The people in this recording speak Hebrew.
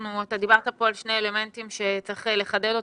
אתה דיברת פה על שני אלמנטים שצריך לחדד אותם,